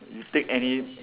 you take any